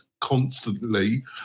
constantly